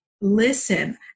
Listen